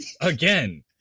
Again